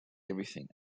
everything